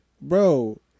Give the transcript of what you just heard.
bro